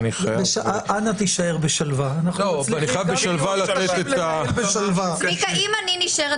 יש נוהג ומנהג יפה בבית הזה לשלם מס שפתיים לכל מה שמכונה